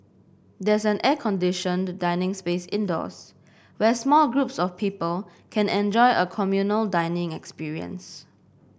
there's an air conditioned dining space indoors where small groups of people can enjoy a communal dining experience